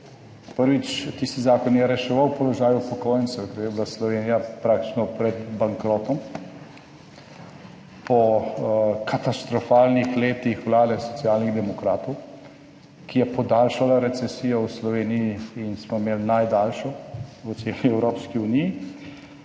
Prvič, tisti zakon je reševal položaj upokojencev, ker je bila Slovenija praktično pred bankrotom po katastrofalnih letih Vlade Socialnih demokratov, ki je podaljšala recesijo v Sloveniji in smo imeli najdaljšo v celi Evropski uniji.